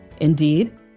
Indeed